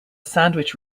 sandwich